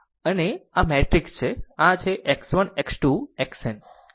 અને આ મેટ્રિક્સ છે આ છે x 1 x 2 xn